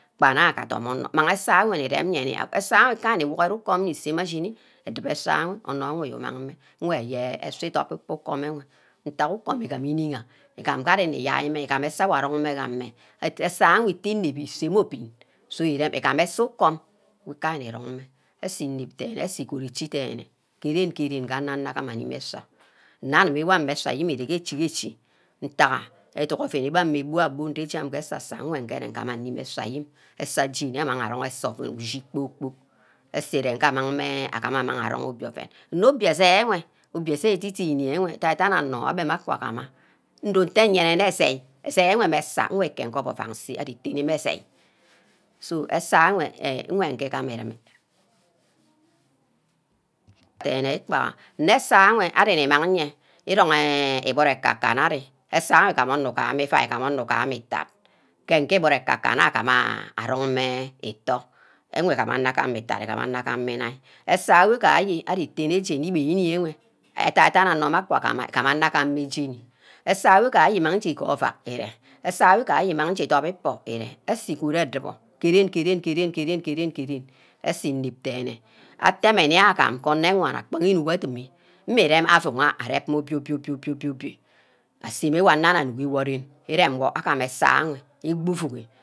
Gbana dum onor mang aseh wor nni rem iye nni, aseh ka ni gwohore ukum nni seme ashiri edubor eseh onor wor nni mang mmeh weh ye aseh idop ukan ewe ntack ukam igaha inigha, igam ngee ari nni yaimeh igam aseh wor arong mmeh ga ameh, eseh ho iti nebbi morbin so irem igama eseh ukom nka ari rong mmeh eseh inep denne eseh igod echi denne geren geren nga anor-nor agama animi eseh nne anim for aseh ayim ere gee echi-echi ntagha edunck oven igbam meh bu-abu nnijam gee esa-sa nweh ngee nne gama nnimi eseh ayim eseh jeni amang arong ushi kpor-kpork eseh ire ngee amang mme, gamah arong obio oven nne obio esen enwe, obio esen di-diri enwe edan dani onor abbe mmeh akwa gama ndowo nte yene sai sai wor mmeh eseh nweke ngob ovack nse ari itene mmeh esai, so eseh enwe nwe ngigama ireme danne ikpaha nne eseha enwe ari nni-mang enye irung eh iburu aka kan enwe aseh ugama onor ugahama iuai ugame itat, ke nni iburu aka-kana agama anor agam mme itat igama onor agama inine eseh wor gaje ari tene eje nmi bini enwe adah mmeh jem eseh wor nje imang wor igear ovack ire, eseh nje imang wor idup ibor ire eseh igod edubor gee ren gee ren gee ren eseh inep denne atemeh ini agam ko ane-wana kpa inck adim, mmi rem auugha arep mmeh aboi-bio obio-obio obio-bio abay mmeh anor amagi anuck wor gee ren irem wor agena aseh igba ivugi